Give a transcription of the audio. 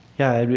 yeah,